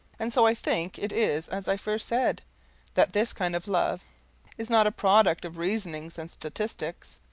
and so i think it is as i first said that this kind of love is not a product of reasonings and statistics.